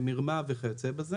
במרמה וכיוצא בזה.